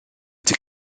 wedi